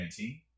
2019